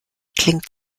klingt